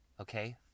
Okay